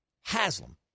Haslam